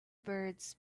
birds